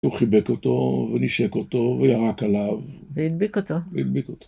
הוא חיבק אותו, ונשק אותו, וירק עליו. והדביק אותו. והדביק אותו.